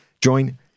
join